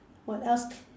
what else can